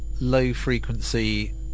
low-frequency